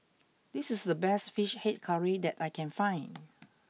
this is the best Fish Head Curry that I can find